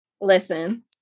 Listen